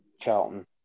Charlton